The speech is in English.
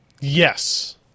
yes